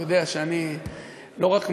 הוא יודע שאני לא רק מעריך,